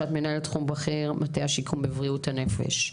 שאת מנהלת תחום בכיר מטה השיקום בבריאות הנפש,